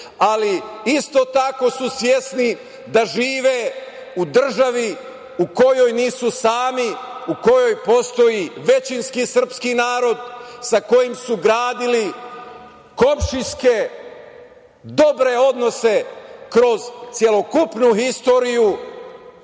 ali isto tako su svesni da žive u državi u kojoj nisu sami, u kojoj postoji većinski srpski narod sa kojim su gradili komšijske dobre odnose kroz celokupnu istoriju